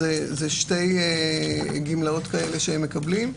אז אלו שתי גמלאות כאלה שהם מקבלים.